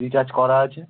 recharge করা আছে